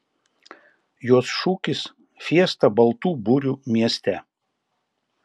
jos šūkis fiesta baltų burių mieste